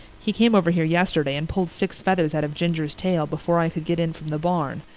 he came over here yesterday and pulled six feathers out of ginger's tail before i could get in from the barn.